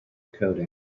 coding